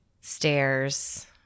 stairs